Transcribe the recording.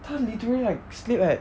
他 literally like sleep at